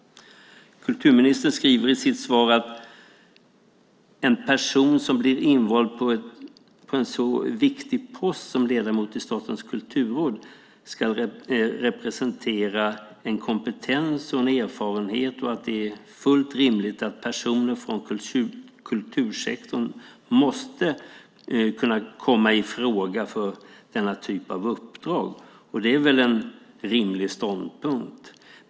Kulturministern skriver i sitt svar att en person som blir invald på en så viktig post som ledamot i Statens kulturråd ska representera en kompetens och en erfarenhet och att det är fullt rimligt att personer från kultursektorn måste kunna komma i fråga för denna typ av uppdrag. Det är en rimlig ståndpunkt.